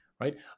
right